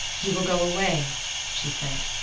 you will go away she said,